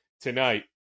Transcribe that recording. tonight